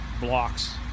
blocks